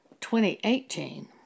2018